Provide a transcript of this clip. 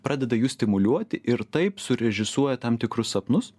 pradeda jus stimuliuoti ir taip surežisuoja tam tikrus sapnus